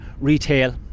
retail